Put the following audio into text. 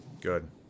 Good